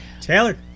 Taylor